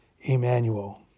Emmanuel